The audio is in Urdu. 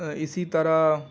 اسی طرح